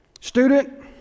Student